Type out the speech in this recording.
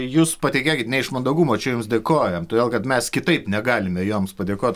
jūs patikėkit ne iš mandagumo čia jums dėkojam todėl kad mes kitaip negalime joms padėkot